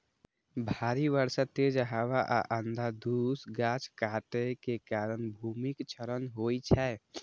भारी बर्षा, तेज हवा आ अंधाधुंध गाछ काटै के कारण भूमिक क्षरण होइ छै